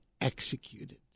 executed